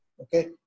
okay